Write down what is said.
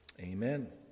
Amen